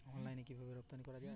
অনলাইনে কিভাবে রপ্তানি করা যায়?